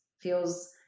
feels